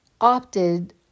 opted